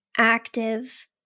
Active